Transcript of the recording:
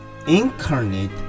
Incarnate